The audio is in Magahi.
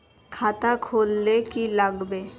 खाता खोल ले की लागबे?